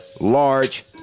large